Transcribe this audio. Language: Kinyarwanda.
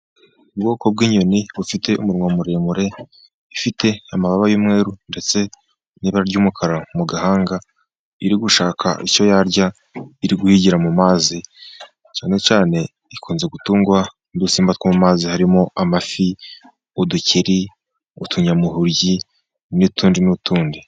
Ubwoko bw'inyoni bufite umunwa muremure, ifite amababa y'umweru ndetse n'ibara ry'umukara mu gahanga. Iri gushaka icyo yarya iri guhigira mu mazi cyane cyane, ikunze gutungwa n'udusimba two mu mazi harimo: amafi, udukeri, utunyamuhugi, n'utundi n'utundi.